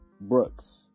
Brooks